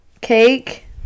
cake